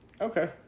okay